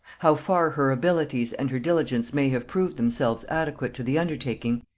how far her abilities and her diligence may have proved themselves adequate to the undertaking,